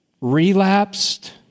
relapsed